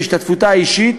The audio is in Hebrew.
בהשתתפותה האישית,